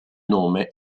nome